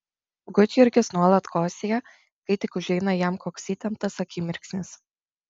gudjurgis nuolat kosėja kai tik užeina jam koks įtemptas akimirksnis